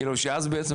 כאילו שאז בעצם,